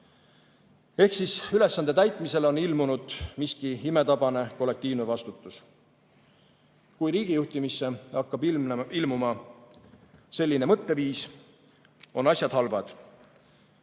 Ehk siis ülesande täitmisel on ilmunud miski imetabane kollektiivne vastutus. Kui riigijuhtimisse hakkab ilmuma selline mõtteviis, on asjad halvad,